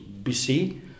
BC